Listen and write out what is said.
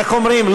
איך אומרים?